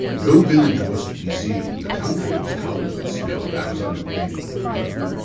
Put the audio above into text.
no village was to be seen. the country was covered with snow, and i was unacquainted with the road.